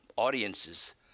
audiences